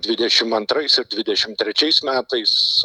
dvidešimt antrais ir dvidešimt trečiais metais